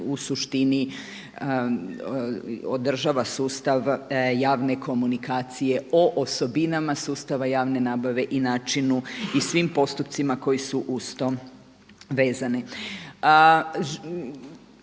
u suštini održava sustav javne komunikacije o osobinama sustava javne nabave i načinu i svim postupcima koji su uz to vezani.